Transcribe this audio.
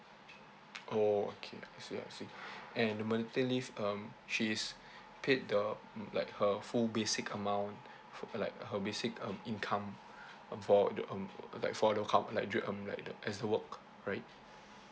oh okay I see I see and the maternity leave um she's paid the mm like her full basic amount for like her basic um income um for the um like for the co~ like do you um like like as her work right